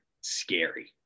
scary